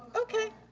okay,